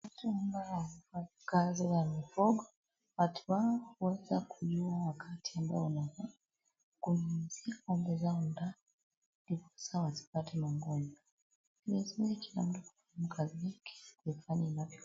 Watu hawa wafanyikazi wa mifugo, watu hawa huweza kujua wakati ambao wanafa kunyuyuzia ngombe zao dawa ndiposa wasipate magonjwa. Nilazima kila mutu afanya kazi yake kufanyia inavyofa.